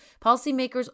Policymakers